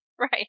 Right